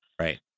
Right